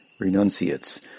renunciates